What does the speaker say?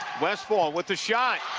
westphal with the shot.